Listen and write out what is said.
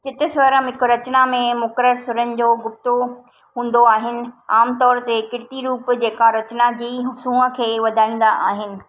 चितस्वरम हिकु रचना में मुक़ररु सुरनि जो गुफ़्तो हूंदो आहिनि आमतौरि ते कृति रुप जेका रचना जी सूंहं खे वधाईंदा आहिनि